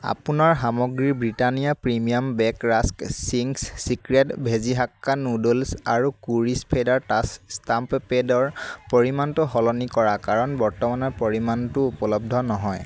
আপোনাৰ সামগ্ৰী Britannia premium bake rusk Ching's secret veggie hakka noodles আৰু কোৰিছ ফেডাৰ টাচ ষ্টাম্প পেডৰ পৰিমাণটো সলনি কৰা কাৰণ বৰ্তমানৰ পৰিমাণটো উপলব্ধ নহয়